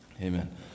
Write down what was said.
Amen